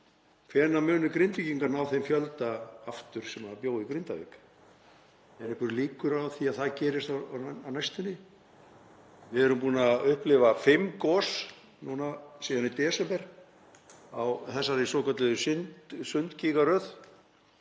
Hvenær munu Grindvíkingar ná þeim fjölda aftur sem bjó í Grindavík? Eru einhverjar líkur á því að það gerist á næstunni? Við erum búin að upplifa fimm gos núna síðan í desember í þessari svokölluðu Sundhnúksgígaröð.